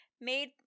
made